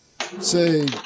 say